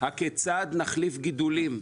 הכיצד נחליף גידולים?